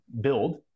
build